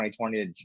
2020